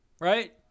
right